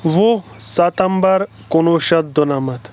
وُہ ستمبر کُنوُہ شیٚتھ دُنَمَتھ